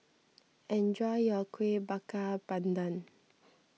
enjoy your Kueh Bakar Pandan